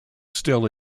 still